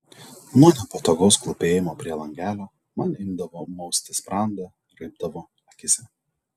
nuo nepatogaus klūpėjimo prie langelio man imdavo mausti sprandą raibdavo akyse